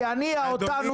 כי אני ה'אותנו'